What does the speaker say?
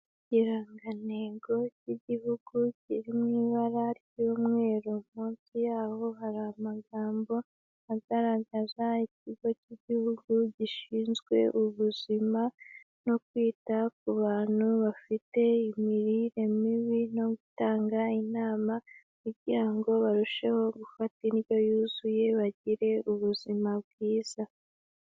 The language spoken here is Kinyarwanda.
Ikirangantego ry'igihugu kiri mu ibara ry'umweru, munsi yaho hari amagambo agaragaza ikigo cy'igihugu gishinzwe ubuzima no kwita ku bantu bafite imirire mibi, no gutanga inama, kugira ngo barusheho gufata indyo yuzuye bagire ubuzima bwiza.